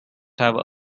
have